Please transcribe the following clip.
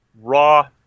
raw